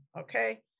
Okay